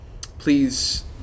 Please